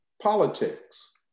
politics